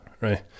right